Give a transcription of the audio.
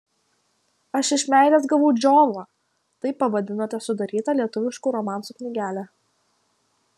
aš iš meilės gavau džiovą taip pavadinote sudarytą lietuviškų romansų knygelę